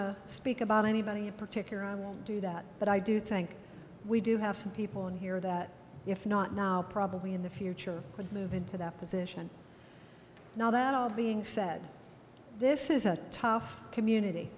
to speak about anybody in particular i won't do that but i do think we do have some people in here that if not now probably in the future could move into that position now that all being said this is a tough community